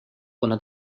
kuna